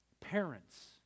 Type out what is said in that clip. parents